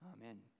Amen